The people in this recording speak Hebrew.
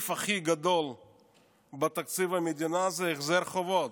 הסעיף הכי גדול בתקציב המדינה הוא החזר חובות.